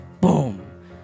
Boom